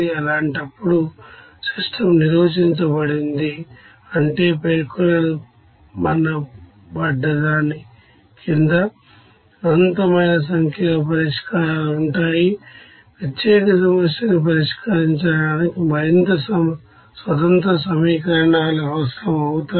అలాంటప్పుడు సిస్టమ్ నిర్వచించబడింది అంటే పేర్కొనబడ్డ దాని కింద ఇన్ఫినిటే నెంబర్ పరిష్కారాలు ఉంటాయి ప్రత్యేక సమస్యను పరిష్కరించడానికి మరింత ఇండిపెండెంట్ ఈక్వేషన్స్ అవసరం అవుతాయి